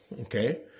okay